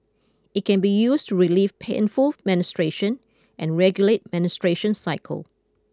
it can be used to relieve painful menstruation and regulate menstruation cycle